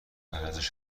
ارزش